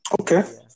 Okay